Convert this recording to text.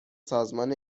سازمان